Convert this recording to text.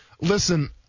listen